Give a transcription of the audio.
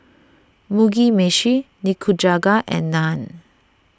Mugi Meshi Nikujaga and Naan